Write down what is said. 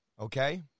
okay